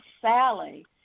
Sally